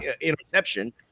interception